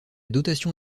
dotation